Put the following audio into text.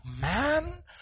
man